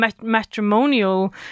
matrimonial